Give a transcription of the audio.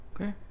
Okay